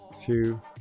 two